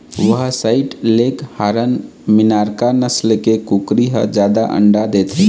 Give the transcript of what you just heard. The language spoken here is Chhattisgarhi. व्हसइट लेग हारन, मिनार्का नसल के कुकरी ह जादा अंडा देथे